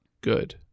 good